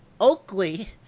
Oakley